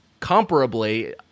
comparably